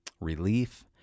relief